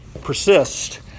persist